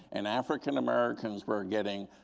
and african americans were getting